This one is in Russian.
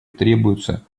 требуются